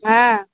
হ্যাঁ